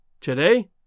Today